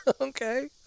Okay